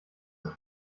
ist